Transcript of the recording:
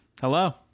Hello